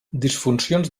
disfuncions